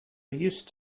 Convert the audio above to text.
used